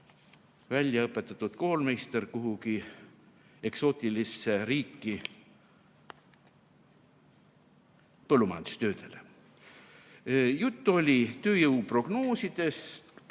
väljaõpetatud koolmeister kuhugi eksootilisse riiki põllumajandustöödele. Juttu oli veel tööjõu prognoosidest,